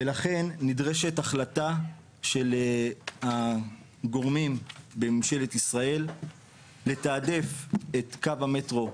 ולכן נדרשת החלטה של הגורמים בממשלת ישראל לתעדף את קו המטרו,